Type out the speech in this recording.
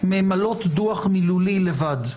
ממלאות דוח מילולי לבד.